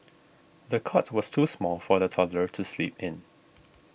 the cot was too small for the toddler to sleep in